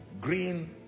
green